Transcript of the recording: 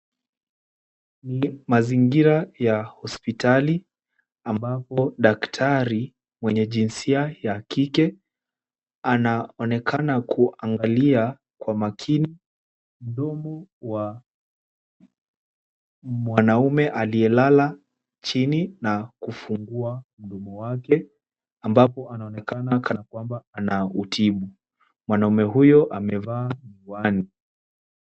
Mazingira ya hospitali ambapo daktari mwenye jinsia ya kike, anaonekana kuangalia kwa makini mdomo wa mwanaume aliyelala chini na kufungua mdomo wake, ambapo anaonekana kana kwamba anautibu. Mwanaume huyo amevaa miwani.